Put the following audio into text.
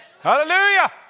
Hallelujah